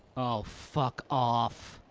oh, fuck off.